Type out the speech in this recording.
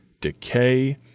decay